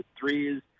threes